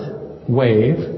wave